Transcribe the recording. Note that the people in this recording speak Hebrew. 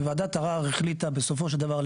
וועדת ערר החליטה בסופו של דבר,